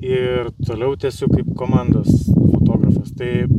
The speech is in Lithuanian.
ir toliau tęsiu kaip komandos fotografas tai